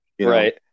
right